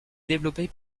développé